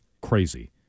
crazy